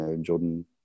Jordan